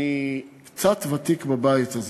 אני קצת ותיק בבית הזה.